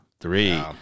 three